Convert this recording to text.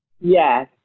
Yes